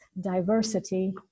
diversity